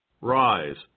Rise